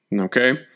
okay